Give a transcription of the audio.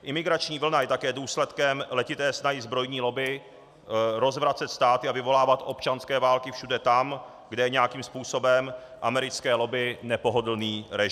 Imigrační vlna je také důsledkem letité snahy zbrojní lobby rozvracet státy a vyvolávat občanské války všude tam, kde je nějakým způsobem americké lobby nepohodlný režim.